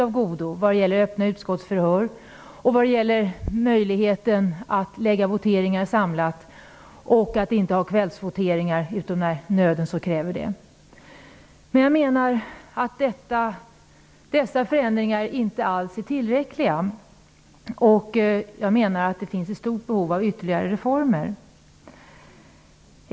Det gäller t.ex. öppna utskottsförhör, möjligheten till samlade voteringar och möjligheten att inte förlägga voteringar på kvällarna utom när nöden så kräver det. Men dessa förändringar är inte alls tillräckliga. Det finns ett stort behov av ytterligare reformer.